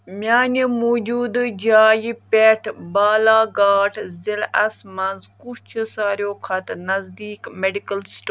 میٛانہِ موٗجوٗدٕ جایہِ پٮ۪ٹھ بالاگھاٹ ضلعس مَنٛز کُس چھُ ساروِیو کھۄتہٕ نزدیٖک میٚڈیکل